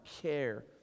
care